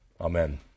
Amen